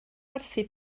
werthu